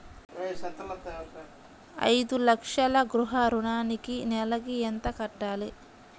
ఐదు లక్షల గృహ ఋణానికి నెలకి ఎంత కట్టాలి?